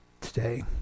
today